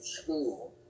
school